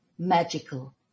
magical